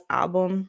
album